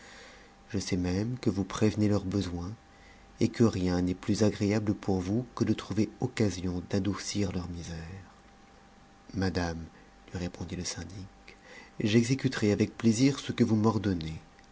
je sais même que vous prévenez leurs besoins et que rien n'est plus agréable pour vous que de trouver occasion d'adoucir leur misère madame lui répondit le syndic j'exécuterai avec plaisir ce que vous m'ordonnez